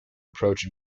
approach